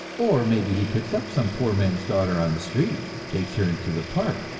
or maybe he picks up some poor man's daughter on the street, and takes her into the park,